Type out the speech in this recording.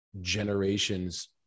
generations